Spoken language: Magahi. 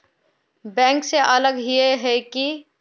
बैंक से अलग हिये है की?